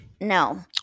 No